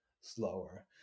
slower